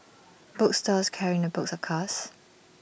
book stores carrying the books of course